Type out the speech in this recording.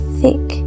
thick